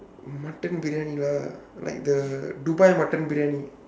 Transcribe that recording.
mutton briyani lah like the dubai mutton briyani